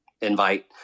invite